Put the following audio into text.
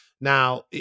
Now